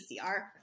PCR